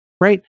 right